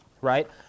right